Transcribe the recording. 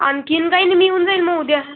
आणखीन काही नाही मी येऊन जाईल मग उद्या